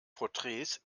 porträts